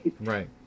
Right